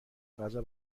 غذا